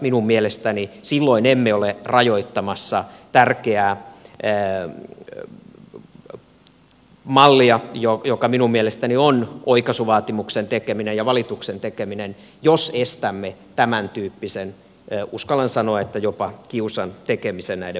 minun mielestäni silloin emme ole rajoittamassa tärkeää mallia joka minun mielestäni on oikaisuvaatimuksen tekeminen ja valituksen tekeminen jos estämme tämäntyyppisen uskallan sanoa jopa kiusantekemisen näitten valitusten kautta